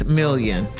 million